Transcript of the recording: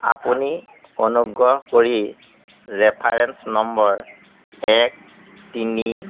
আপুনি অনুগ্ৰহ কৰি ৰেফাৰেঞ্চ নম্বৰ এক তিনি